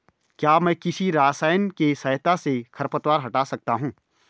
क्या मैं किसी रसायन के सहायता से खरपतवार हटा सकता हूँ?